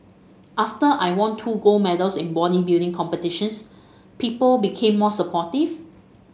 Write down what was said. after I won two gold medals in bodybuilding competitions people became more supportive